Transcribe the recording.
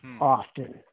often